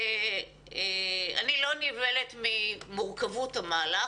אני לא נבהלת ממורכבות המהלך.